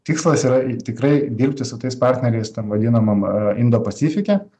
tikslas yra i tikrai dirbti su tais partneriais tam vadinamam indopasifike